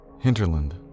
Hinterland